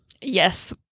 Yes